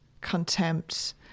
contempt